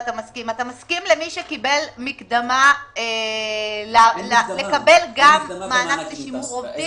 אתה מסכים למי שקיבל מקדמה לקבל גם מענק לשימור עובדים?